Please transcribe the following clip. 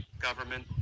government